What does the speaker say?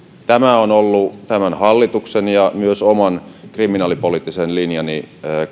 tämä on ollut tämän hallituksen kriminaalipoliittisen linjan ja myös oman linjani kantava